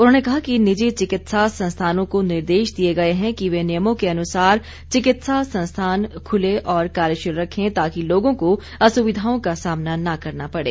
उन्होंने कहा कि निजी चिकित्सा संस्थानों को निर्देश दिए गए हैं कि वे नियमों के अनुसार चिकित्सा संस्थान खुले और कार्यशील रखें ताकि लोगों को असुविधाओं का सामना न करना पड़े